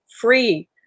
free